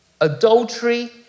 Adultery